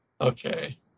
okay